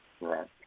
Right